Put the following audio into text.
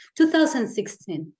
2016